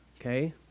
okay